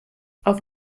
auf